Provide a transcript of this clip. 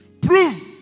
Prove